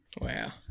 Wow